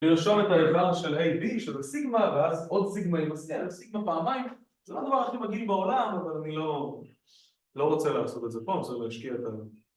לרשום את האבר של AB שזה סיגמא ואז עוד סיגמא עם ה-C, אז סיגמא פעמיים זה לא הדבר הכי מגעיל בעולם אבל אני לא לא רוצה לעשות את זה פה, אני צריך להשקיע את ה...